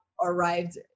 arrived